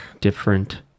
Different